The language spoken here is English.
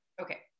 Okay